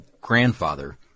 grandfather